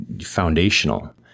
foundational